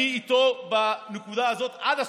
אני איתו בנקודה הזאת עד הסוף.